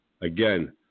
Again